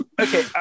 okay